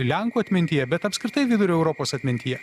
lenkų atmintyje bet apskritai vidurio europos atmintyje